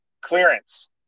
clearance